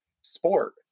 sport